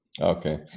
Okay